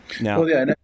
Now